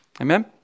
Amen